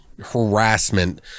harassment